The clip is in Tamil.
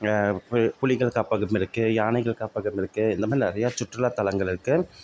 பு புலிகள் காப்பகம் இருக்கு யானைகள் காப்பகம் இருக்கு எல்லாமே நிறையா சுற்றுலாத்தலங்கள் இருக்கு